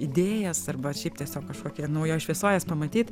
idėjas arba šiaip tiesiog kažkokioj naujoj šviesoj pamatyt